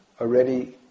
already